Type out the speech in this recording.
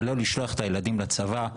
על לא לשלוח את הילדים לצבא.